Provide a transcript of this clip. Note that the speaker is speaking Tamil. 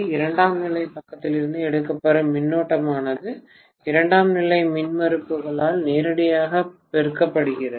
இரண்டாம் நிலை பக்கத்திலிருந்து எடுக்கப்படும் மின்னோட்டமானது இரண்டாம் நிலை மின்மறுப்புகளால் நேரடியாகப் பெருக்கப்படுகிறது